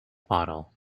bottle